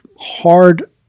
hard